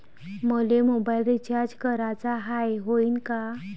मले mobile recharge कराचा हाय, होईनं का?